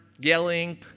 yelling